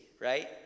right